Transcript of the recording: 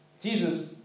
Jesus